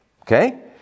Okay